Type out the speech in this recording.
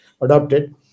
adopted